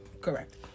correct